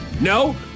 No